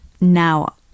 now